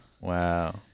Wow